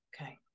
okay